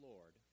Lord